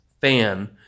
fan